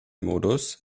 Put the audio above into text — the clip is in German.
modus